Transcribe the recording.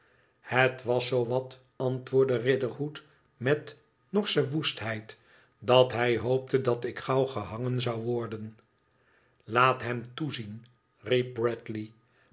het was zoo wat antwoordde riderhood met norsche woestheid dat hij hoopte dat ik gauw gehangen zou worden laat hem toezien riep bradley